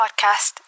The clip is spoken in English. podcast